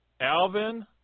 Alvin